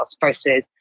versus